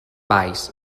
valls